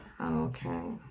Okay